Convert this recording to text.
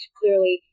clearly